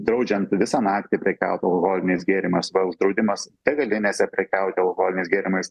draudžiant visą naktį prekiaut alkoholiniais gėrimais uždraudimas degalinėse prekiauti alkoholiniais gėrimais